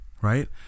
right